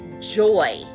joy